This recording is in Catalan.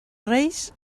reis